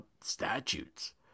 statutes